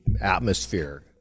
atmosphere